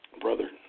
brother